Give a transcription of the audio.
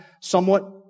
somewhat